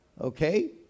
Okay